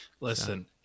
listen